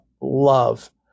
love